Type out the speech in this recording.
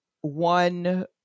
one